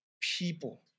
people